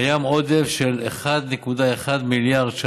קיים עודף של כ-1.1 מיליארד שקלים,